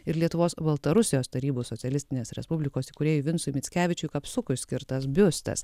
ir lietuvos baltarusijos tarybų socialistinės respublikos įkūrėjui vincui mickevičiui kapsukui skirtas biustas